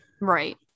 Right